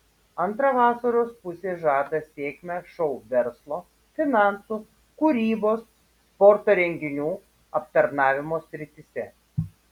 antra vasaros pusė žada sėkmę šou verslo finansų kūrybos sporto renginių aptarnavimo srityse